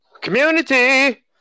Community